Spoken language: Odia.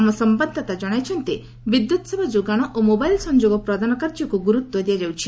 ଆମ ସମ୍ଭାଦଦାତା ଜଣାଇଛନ୍ତି ଯେ ବିଦ୍ୟୁତ୍ ସେବା ଯୋଗାଣ ଓ ମୋବାଇଲ୍ ସଂଯୋଗ ପ୍ରଦାନ କାର୍ଯ୍ୟକୁ ଗୁରୁତ୍ୱ ଦିଆଯାଉଛି